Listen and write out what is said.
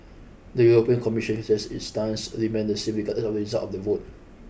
the European Commission stressed its stance remained the same regardless of the result of the vote